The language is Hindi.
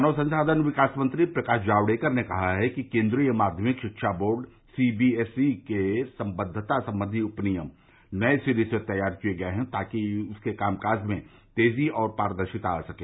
मानव संसाधन विकास मंत्री प्रकाश जावड़ेकर ने कहा है कि केन्द्रीय माध्यमिक शिक्षा board C B S E के संबद्गता संबंधी उपनियम नये सिरे से तैयार किए गये हैं ताकि उसके काम काज में तेजी और पारदर्शिता आ सके